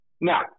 Now